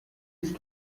است